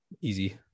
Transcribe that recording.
easy